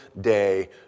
day